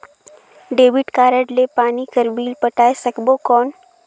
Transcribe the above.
Debit card ले पानी कर बिल पटाय सकबो कौन?